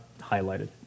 highlighted